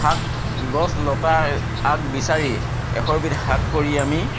শাক গছ লতাৰ আগ বিচাৰি এশ এবিধ শাক কৰি আমি